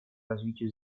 развитию